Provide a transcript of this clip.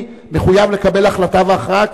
אני מחויב לקבל החלטה והכרעה,